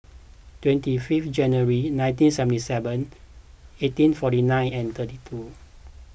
twenty fifth January nineteen seventy seven eighteen forty nine and thirty two